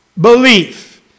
belief